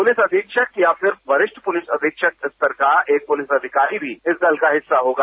police अधीक्षक या फिर वरिष्ठ पुलिस अधीक्षक स्तर का एक पुलिस अधिकारी भी इस दल का हिस्सा होगा